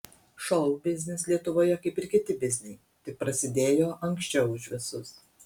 šou biznis lietuvoje kaip ir kiti bizniai tik prasidėjo anksčiau už visus